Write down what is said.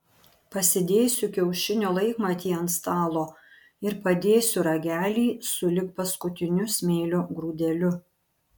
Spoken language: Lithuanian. pasidėsiu kiaušinio laikmatį ant stalo ir padėsiu ragelį sulig paskutiniu smėlio grūdeliu